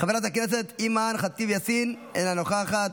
חברת הכנסת אימאן ח'טיב יאסין, אינה נוכחת,